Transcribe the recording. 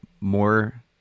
more